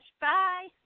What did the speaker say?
Bye